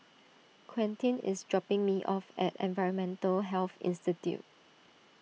Quentin is dropping me off at Environmental Health Institute